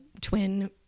twin